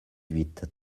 huit